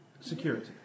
security